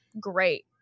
great